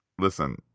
Listen